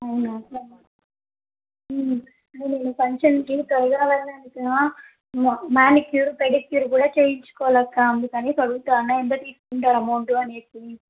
అవునా నేను ఫంక్షన్కి తెల్లగా కావాలని అక్క మానిక్యూర్ పెడిక్యూర్ కూడా చేయించుకోవాలి అక్క అందుకని అడుగుతున్నాను ఎంత తీకుంటారు అమౌంట్ అని